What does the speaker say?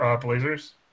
Blazers